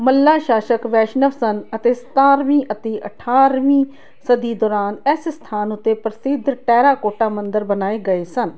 ਮੱਲਾ ਸ਼ਾਸਕ ਵੈਸ਼ਨਵ ਸਨ ਅਤੇ ਸਤਾਰਵੀਂ ਅਤੇ ਅਠਾਰਵੀਂ ਸਦੀ ਦੌਰਾਨ ਇਸ ਸਥਾਨ ਉੱਤੇ ਪ੍ਰਸਿੱਧ ਟੇਰਾਕੋਟਾ ਮੰਦਰ ਬਣਾਏ ਗਏ ਸਨ